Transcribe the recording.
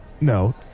no